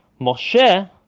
Moshe